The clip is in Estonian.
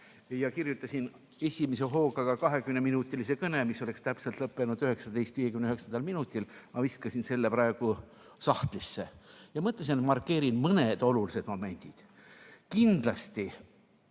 ja kirjutasin esimese hooga 20‑minutilise kõne, mis oleks lõppenud täpselt 19.59. Ma viskasin selle praegu sahtlisse ja mõtlesin, et markeerin mõned olulised momendid. Kindlasti